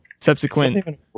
subsequent